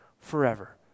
forever